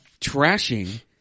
trashing